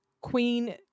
Queen